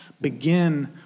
begin